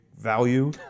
value